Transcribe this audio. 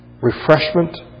refreshment